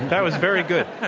that was very good.